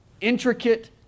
intricate